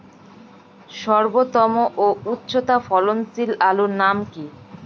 সর্বোত্তম ও উচ্চ ফলনশীল আলুর নাম কি?